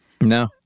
No